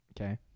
Okay